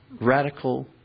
radical